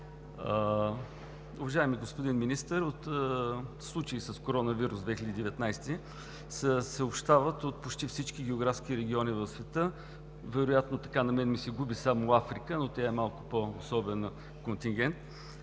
Уважаеми господин Министър, за случаи с коронавирус 2019 се съобщава от почти всички географски региони в света. На мен ми се губи само Африка, но тя е малко по-особен контингент.